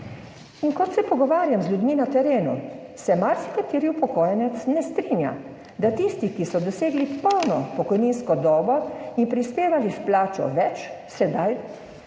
In ko se pogovarjam z ljudmi na terenu, se marsikateri upokojenec ne strinja, da tisti, ki so dosegli polno pokojninsko dobo in prispevali s plačo več, sedaj